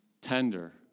tender